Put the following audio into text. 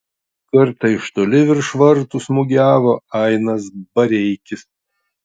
kartą iš toli virš vartų smūgiavo ainas bareikis